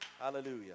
Hallelujah